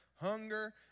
hunger